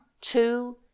two